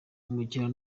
umukiliya